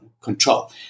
control